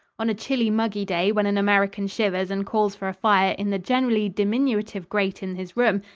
on a chilly, muggy day when an american shivers and calls for a fire in the generally diminutive grate in his room,